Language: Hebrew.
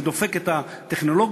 זה דופק את הטכנולוגיה,